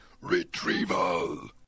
Retrieval